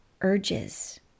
urges